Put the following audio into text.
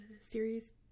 series